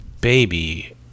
baby